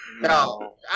No